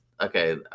okay